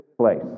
place